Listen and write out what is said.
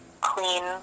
clean